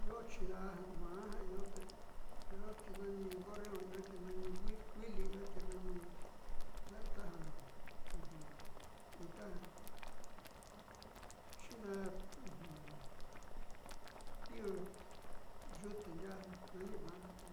Io chiida'a ja maa io te io ti nani gorrión iioti noni kuili i'ioti nani la'a taja ita chiida'a pio yute ndvaa nanitna'a te